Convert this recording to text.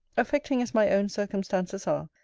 affecting as my own circumstances are,